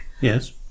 Yes